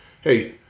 hey